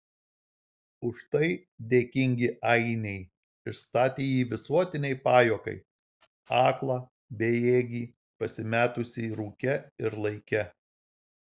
už tai dėkingi ainiai išstatė jį visuotinei pajuokai aklą bejėgį pasimetusį rūke ir laike